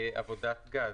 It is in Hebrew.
עבודת גז.